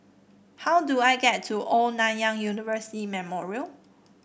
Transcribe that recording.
how do I get to Old Nanyang University Memorial